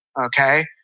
okay